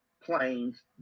planes